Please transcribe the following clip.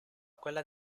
quella